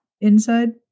Inside